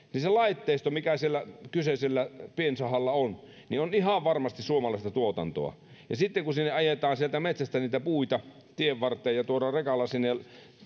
se laitteisto mikä siellä kyseisellä piensahalla on on ihan varmasti suomalaista tuotantoa sitten kun ajetaan metsästä puita tienvarteen ja tuodaan rekalla sinne